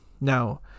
Now